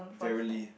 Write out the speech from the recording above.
verily